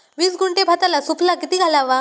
वीस गुंठे भाताला सुफला किती घालावा?